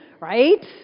right